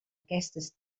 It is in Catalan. aquestes